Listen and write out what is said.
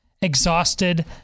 exhausted